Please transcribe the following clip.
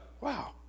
wow